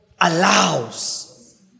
allows